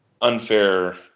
unfair